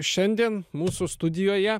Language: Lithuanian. šiandien mūsų studijoje